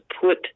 put